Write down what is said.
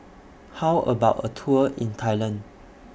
How about A Tour in Thailand